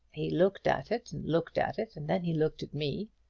he looked at it and looked at it and then he looked at me.